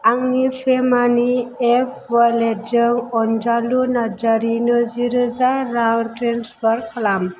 आंनि पे मानि एप वालेटजों अनजालु नार्जारिनो जिरोजा रां ट्रेन्सफार खालाम